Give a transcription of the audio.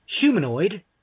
humanoid